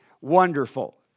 wonderful